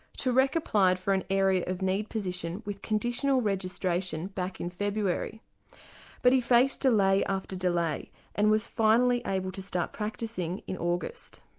tareq applied for an area of need position with conditional registration back in february but he faced delay after delay and was finally able to start practising in august.